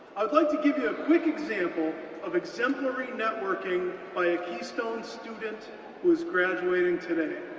i'd like to give you a quick example of exemplary networking by a keystone student who is graduating today.